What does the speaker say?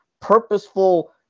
purposeful